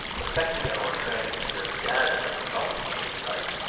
affected our friend as a dazzling prodigy of type.